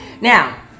Now